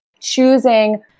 choosing